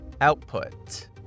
Output